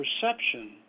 perception